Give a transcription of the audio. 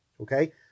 okay